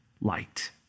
light